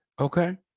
Okay